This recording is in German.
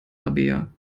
rabea